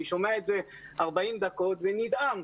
אני שומע את זה 40 דקות ונדהם.